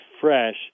fresh